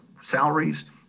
salaries